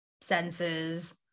senses